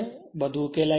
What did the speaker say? તેથી બધું ઉકેલાઈ જશે